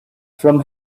from